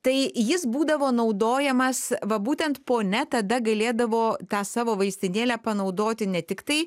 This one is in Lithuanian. tai jis būdavo naudojamas va būtent ponia tada galėdavo tą savo vaistinėlę panaudoti ne tiktai